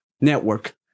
network